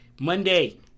Monday